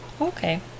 Okay